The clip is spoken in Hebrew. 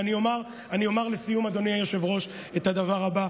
אני אומר לסיום, אדוני היושב-ראש, את הדבר הבא.